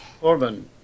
Corbin